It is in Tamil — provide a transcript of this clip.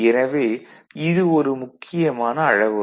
எனவே இது ஒரு முக்கியமான அளவுரு